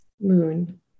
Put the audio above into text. Moon